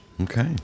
okay